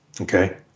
Okay